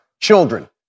children